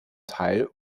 teil